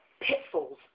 pitfalls